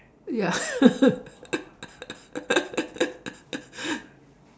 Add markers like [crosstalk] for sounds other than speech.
ya [laughs]